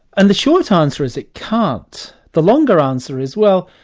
and the short ah answer is, it can't. the longer answer is, well,